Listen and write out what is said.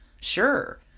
Sure